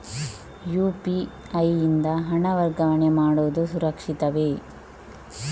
UPI ಯಿಂದ ಹಣ ವರ್ಗಾವಣೆ ಮಾಡುವುದು ಸುರಕ್ಷಿತವೇ?